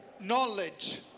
knowledge